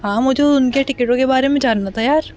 ہاں مجھے ان کے ٹکٹوں کے بارے میں جاننا تھا یار